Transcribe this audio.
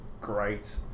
great